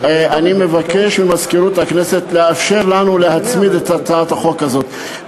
אני מבקש ממזכירות הכנסת לאפשר לנו להצמיד את הצעת החוק הזאת,